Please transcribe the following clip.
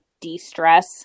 de-stress